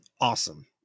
awesome